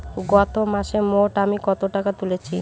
গত মাসে মোট আমি কত টাকা তুলেছি?